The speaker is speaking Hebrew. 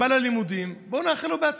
הוא בא ללימודים, בואו נאחל לו בהצלחה.